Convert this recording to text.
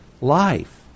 life